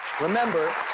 Remember